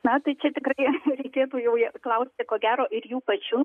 na tai čia tikrai reikėtų jau klausti ko gero ir jų pačių